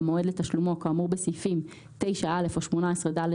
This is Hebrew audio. במועד לתשלומו כאמור סעיפים 9(א) או 18(ד),